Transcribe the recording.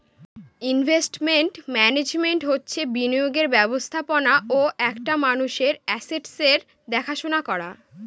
investment management হচ্ছে বিনিয়োগের ব্যবস্থাপনা ও একটা মানুষের আসেটসের দেখাশোনা করা